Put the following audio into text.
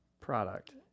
Product